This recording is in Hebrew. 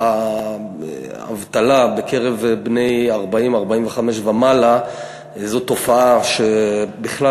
האבטלה בקרב בני 40 45 ומעלה היא תופעה שבכלל,